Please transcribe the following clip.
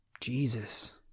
Jesus